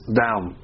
down